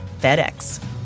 FedEx